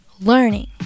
learning